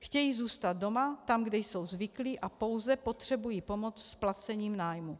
Chtějí zůstat doma, tam, kde jsou zvyklí, a pouze potřebují pomoc s placením nájmu.